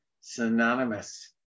synonymous